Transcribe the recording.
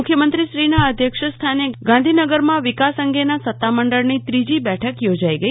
મુખ્યમંત્રીશ્રીના અધ્યક્ષસ્થાને ગાંધીનગરમાં ટાપુ વિકાસ અંગેના સત્તામંડળની ત્રીજી બેઠક યોજાઈ ગઈ